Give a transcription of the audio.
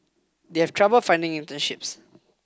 they have trouble finding internships